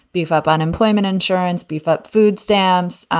beef up unemployment insurance, beef up food stamps,